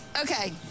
Okay